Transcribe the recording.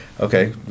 okay